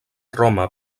roma